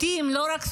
מתים, לא רק סובלים,